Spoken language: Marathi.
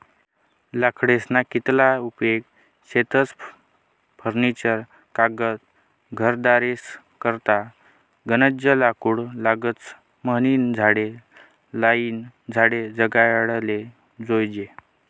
लाकडेस्ना कितला उपेग शेतस फर्निचर कागद घरेदारेस करता गनज लाकूड लागस म्हनीन झाडे लायीन झाडे जगाडाले जोयजे